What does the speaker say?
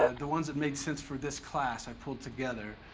ah the ones that make sense for this class i pulled together.